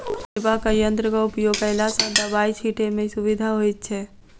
छिटबाक यंत्रक उपयोग कयला सॅ दबाई छिटै मे सुविधा होइत छै